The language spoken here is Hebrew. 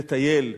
לטייל,